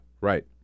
right